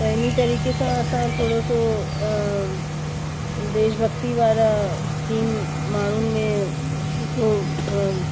त इन तरीक़े सां असां थोरे सो देश भक्ति वारा थीम माण्हूनि में हिकु